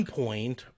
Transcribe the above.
point